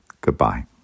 Goodbye